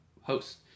host